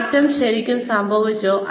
മാറ്റം ശരിക്കും സംഭവിച്ചോ